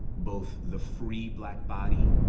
both the free black body,